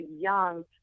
young